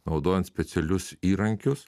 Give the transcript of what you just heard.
naudojant specialius įrankius